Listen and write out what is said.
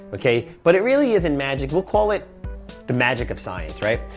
okay? but it really isn't magic, we'll call it the magic of science, right?